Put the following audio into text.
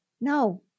No